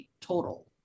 total